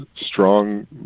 strong